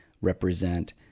represent